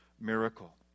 miracle